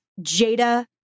Jada